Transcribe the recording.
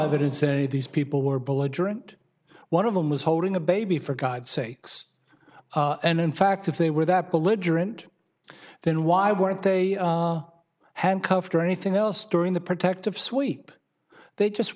evidence said these people were belligerent one of them was holding a baby for god's sakes and in fact if they were that belligerent then why weren't they handcuffed or anything else during the protective sweep they just